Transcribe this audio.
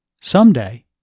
Someday